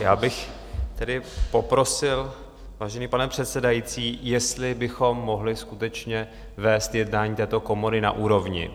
Já bych poprosil, vážený pane předsedající, jestli bychom mohli skutečně vést jednání této komory na úrovni.